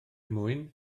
mwyn